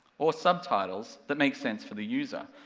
or subtitles, that make sense for the user.